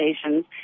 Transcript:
stations